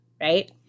right